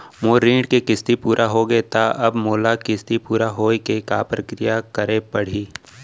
मोर ऋण के किस्ती पूरा होगे हे ता अब मोला किस्ती पूरा होए के का प्रक्रिया करे पड़ही?